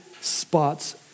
spots